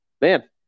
man